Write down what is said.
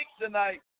tonight